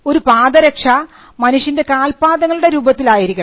ഒരു പാദരക്ഷ മനുഷ്യൻറെ കാൽപാദങ്ങളുടെ രൂപത്തിൽ ആയിരിക്കണം